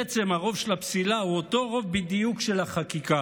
בעצם הרוב של הפסילה הוא אותו רוב בדיוק של החקיקה,